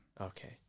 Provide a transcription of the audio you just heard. Okay